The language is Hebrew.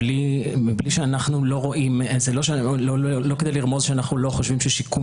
ולא כדי לרמוז שאנחנו לא חושבים ששיקום